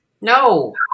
no